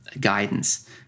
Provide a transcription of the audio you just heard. guidance